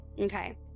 Okay